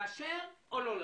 לאשר או לא לאשר.